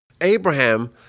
Abraham